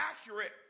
accurate